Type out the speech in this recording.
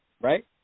right